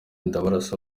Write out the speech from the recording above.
ndabarasa